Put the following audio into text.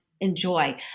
enjoy